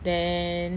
then